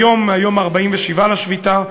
היום, היום ה-47 לשביתה.